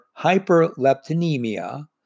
hyperleptinemia